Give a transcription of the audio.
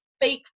fake